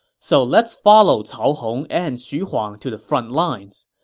so let's follow cao hong and xu huang to the front lines.